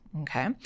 Okay